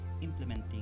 implementing